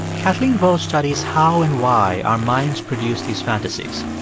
kathleen vohs studies how and why our minds produce these fantasies.